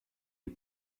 les